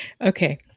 okay